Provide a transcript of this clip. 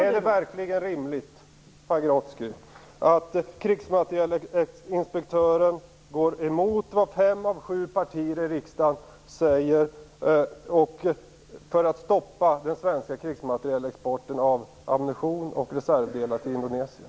Är det verkligen rimligt, Pagrotsky, att krigsmaterielinspektören går emot vad fem av sju partier i riksdagen säger för att stoppa den svenska exporten av ammunition och reservdelar till Indonesien?